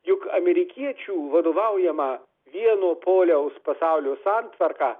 juk amerikiečių vadovaujama vieno poliaus pasaulio santvarka